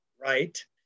right